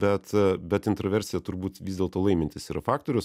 bet bet intraversija turbūt vis dėlto laimintis yra faktorius